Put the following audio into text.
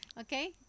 Okay